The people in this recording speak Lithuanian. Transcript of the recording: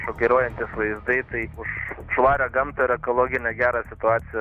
šokiruojantys vaizdai tai už švarią gamtą ir ekologinę gerą situaciją